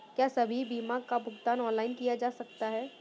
क्या सभी बीमा का भुगतान ऑनलाइन किया जा सकता है?